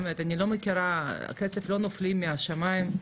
כסף לא נופל מהשמים,